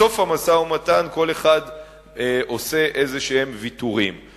בסוף המשא-ומתן כל אחד עושה ויתורים כלשהם.